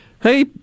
Hey